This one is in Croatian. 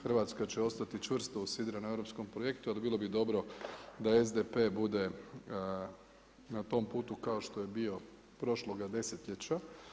Hrvatska će ostati čvrsto usidrena u europskom projektu a bilo bi dobro da SDP bude na tom putu kao što je bio prošloga desetljeća.